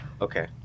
Okay